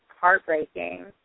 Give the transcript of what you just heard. heartbreaking